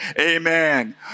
Amen